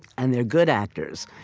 and they're good actors,